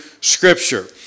Scripture